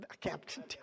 Captain